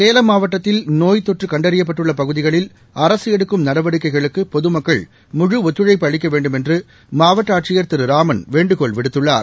சேலம் மாவட்டத்தில் நோய் தொற்று கண்டறியப்பட்டுள்ள பகுதிகளில் அரசு எடுக்கும் நடவடிக்கைகளுக்கு பொதுமக்கள் முழு ஒத்துழைப்பு அளிக்க வேண்டுமென்று மாவட்ட ஆட்சியர் திரு ராமன் வேண்டுகோள் விடுத்துள்ளார்